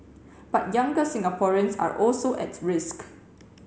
but younger Singaporeans are also at risk